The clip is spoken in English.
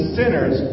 sinners